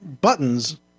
buttons